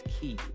key